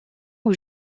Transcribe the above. aux